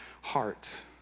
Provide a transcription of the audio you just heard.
heart